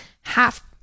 half